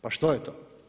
Pa što je to?